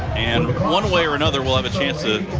and one way or another we'll have a chance to